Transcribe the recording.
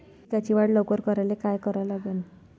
पिकाची वाढ लवकर करायले काय करा लागन?